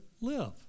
live